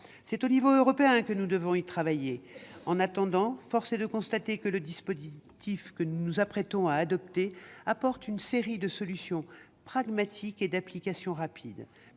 C'est à l'échelon européen que nous devons y travailler. En attendant, force est de constater que le dispositif que nous nous apprêtons à adopter apporte une série de solutions pragmatiques et d'application rapide.